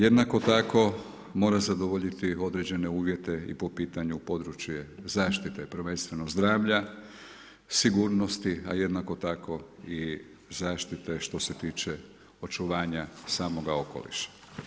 Jednako tako mora zadovoljiti određene uvjete i po pitanju područje zaštite prvenstveno zdravlja, sigurnosti, a jednako tako i zaštite što se tiče očuvanja samoga okoliša.